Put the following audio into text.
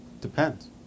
Depends